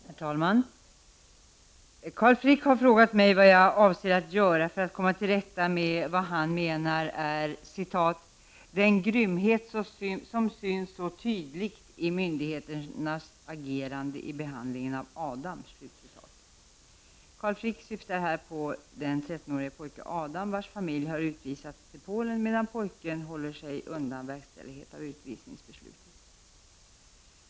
Herr talman! Carl Frick har frågat mig vad jag avser att göra för att komma till rätta med vad han menar är ”den grymhet som syns så tydligt i myndigheters agerande i behandlingen av Adam”. Carl Frick syftar här på den 13-årige pojken Adam vars familj har utvisats till Polen, medan pojken håller sig undan verkställighet av utvisningsbeslutet.